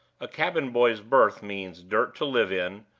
a cabin-boy's berth means dirt to live in,